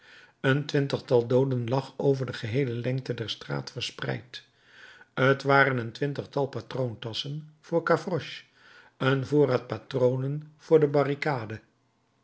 een twintigtal dooden lag over de geheele lengte der straat verspreid t waren een twintigtal patroontasschen voor gavroche een voorraad patronen voor de barricade